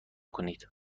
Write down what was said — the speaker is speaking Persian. کنید